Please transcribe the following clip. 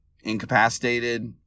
incapacitated